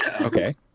Okay